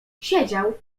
siedział